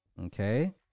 okay